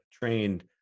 trained